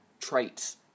traits